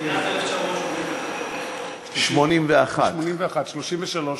מאז 1981. 1981. 1981, 33 שנה.